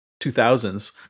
2000s